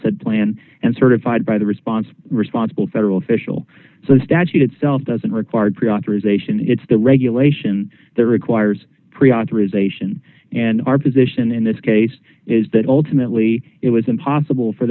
said plan and certified by the response of responsible federal official so the statute itself doesn't require pre authorization it's the regulation that requires pre authorization and our position in this case is that ultimately it was impossible for